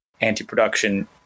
anti-production